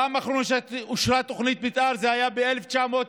פעם אחרונה שאושרה תוכנית מתאר זה היה ב-1999,